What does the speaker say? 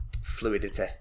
fluidity